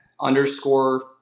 underscore